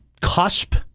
cusp